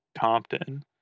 Compton